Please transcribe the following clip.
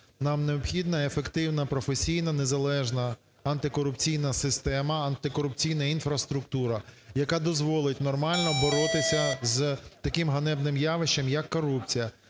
Нам необхідна ефективна, професійна, незалежна антикорупційна система, антикорупційна інфраструктура, яка дозволить нормально боротися з таким ганебним явищем, як корупція.